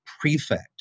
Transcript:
prefect